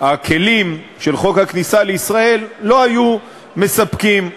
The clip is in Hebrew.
הכלים של חוק הכניסה לישראל לא היו מספקים.